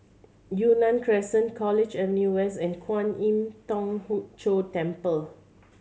Yunnan Crescent College Avenue West and Kwan Im Thong Hood Cho Temple